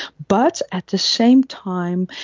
but at the same time,